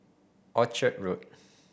Orchard Road